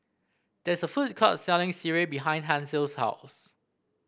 there's a food court selling sireh behind Hansel's house